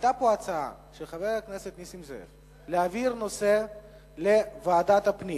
היתה פה הצעה של חבר הכנסת נסים זאב להעביר את הנושא לוועדת הפנים,